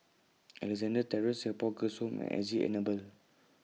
Alexandra Terrace Singapore Girls' Home and S G Enable